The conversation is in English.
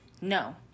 No